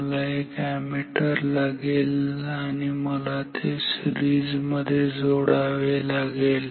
मला एक अॅमीटर लागेल आणि मला ते सिरीजमध्ये जोडावे लागेल